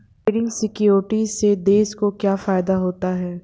Trading securities से देश को क्या फायदा होता है?